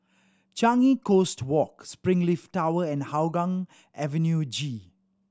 Changi Coast Walk Springleaf Tower and Hougang Avenue G